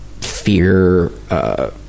fear